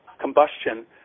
combustion